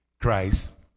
Christ